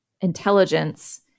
intelligence